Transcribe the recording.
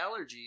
allergies